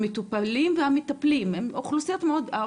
המטופלים והמטפלים, הן אוכלוסיות מאוד חלשות.